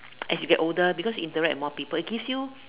as you get older because you interact with more people it gives you